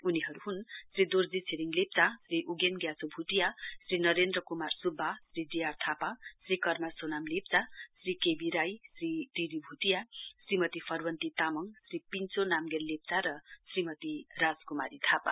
उनीहरु हुन् श्री दोर्जी छिरिङ लेप्चा श्री उगेन ग्याछो Bhutia Shri Narendra Kumar Subba Shri DR Thapa Shri Karma Sonam लेप्चाश्री KB Rai Shri T D Bhutia श्रीमती फरन्नती तामाङ श्री पिन्छो नाम्गेल लेप्चा र श्रीमती राज कुमारी थापा